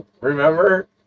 Remember